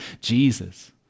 Jesus